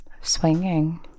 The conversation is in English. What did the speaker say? swinging